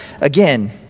again